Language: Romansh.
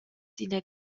d’ina